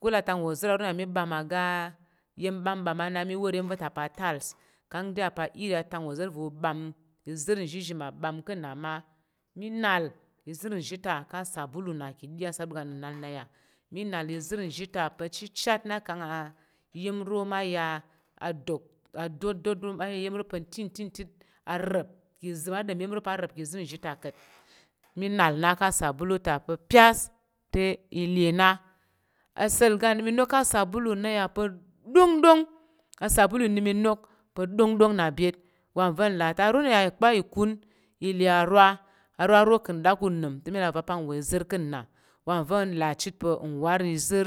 Kul a tak nwozər aro na mi ɓam aga iya̱m bambam ana mi wa iya̱m va̱ ta pa̱ atales kang deya pa iri atang wozər ve uban izər nshishi ma bam ka na ma mi nal izhi zhi ta ka sabolu na ka̱ ɗi a sabolu ga minal naya minal izir zhita pachichit nakang a iyem ro maya a dot a dotdot mayi iri m pat citcitict a ram ka nza̱ ma ɗom iya̱m ro pa̱ ram ki zəm uzhi ta ka̱t mi nal na ka̱ sabolu ta pa̱ pyas te ilà na asa̱l ga nəm i nok ka sabolu na yi pa ɗongɗong a sabolu inim inok pa dongdong na byet wa va̱ na ta aro na ya pa̱ iku i le arwa arwa aro kan dak urəm te ma a pak wezir kana wa ven la cit pe nwar izər